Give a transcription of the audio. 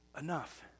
enough